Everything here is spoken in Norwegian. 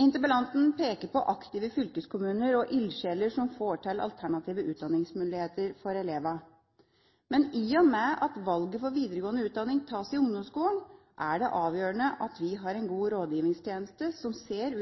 Interpellanten peker på aktive fylkeskommuner og ildsjeler som får til alternative utdanningsmuligheter for elevene. Men i og med at valget av videregående utdanning tas i ungdomsskolen, er det avgjørende at vi har en god rådgivningstjeneste som ser